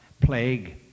Plague